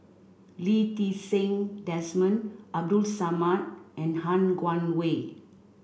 Lee Ti Seng Desmond Abdul Samad and Han Guangwei